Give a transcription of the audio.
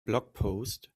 blogpost